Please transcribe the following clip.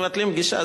מבטלים פגישה?